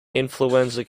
influenza